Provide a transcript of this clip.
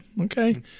Okay